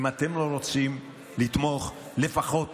אם אתם לא רוצים לתמוך, לפחות